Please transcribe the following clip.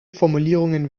formulierungen